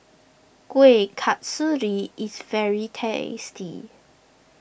Kuih Kasturi is very tasty